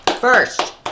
First